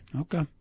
Okay